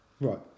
Right